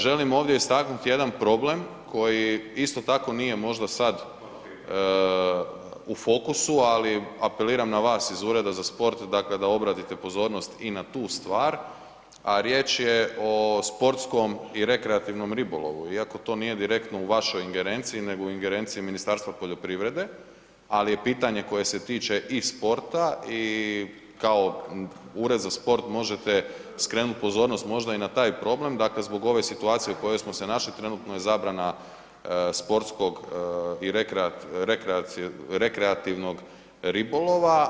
Želim ovdje istaknuti jedan problem koji isto tako nije možda sad u fokusu, ali apeliram na vas iz Ureda za sport dakle, da obratite pozornost i na tu stvar, a riječ je o sportskom i rekreativnom ribolovu iako to nije direktno u vašoj ingerenciji nego u ingerenciji Ministarstva poljoprivrede, ali je pitanje koje se tiče i sporta i kao Ured za sport možete skrenuti pozornost možda i na taj problem, dakle zbog ove situacije u kojoj smo se našli trenutno je zabrana sportskog i rekreativnog ribolova.